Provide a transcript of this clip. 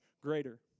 greater